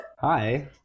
Hi